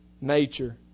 nature